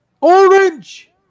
Orange